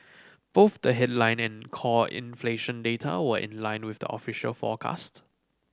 both the headline and core inflation data were in line with the official forecast